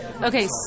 Okay